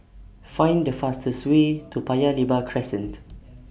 Find The fastest Way to Paya Lebar Crescent